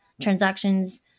transactions